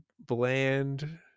bland